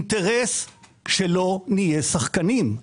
אינטרס שלא נהיה שחקנים,